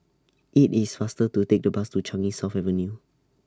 IT IS faster to Take The Bus to Changi South Avenue